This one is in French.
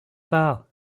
pas